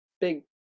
big